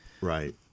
Right